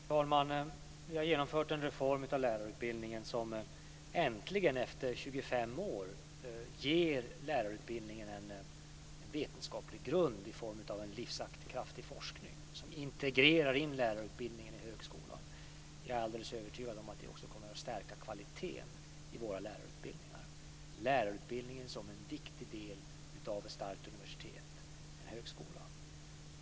Fru talman! Vi har genomfört en reform av lärarutbildningen. Äntligen, efter 25 år, får lärarutbildningen en vetenskaplig grund i form av en livskraftig forskning som integrerar lärarutbildningen i högskolan. Jag är alldeles övertygad om att det också kommer att stärka kvaliteten i våra lärarutbildningar. Lärarutbildningen är en viktig del av ett starkt universitet och en högskola.